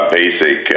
basic